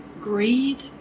greed